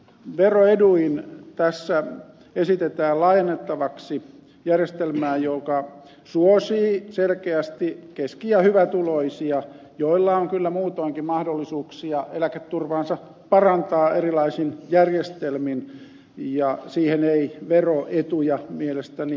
veroeduin tässä esitetään laajennettavaksi järjestelmää joka suosii selkeästi keski ja hyvätuloisia joilla on kyllä muutoinkin mahdollisuuksia eläketurvaansa parantaa erilaisin järjestelmin ja siihen ei veroetuja mielestäni välttämättä tarvita